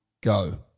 go